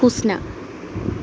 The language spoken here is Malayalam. ഹുസ്ന